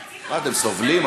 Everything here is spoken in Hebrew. מה, אתם סובלים?